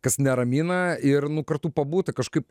kas neramina ir nu kartu pabūti kažkaip